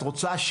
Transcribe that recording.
את רוצה,